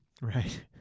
Right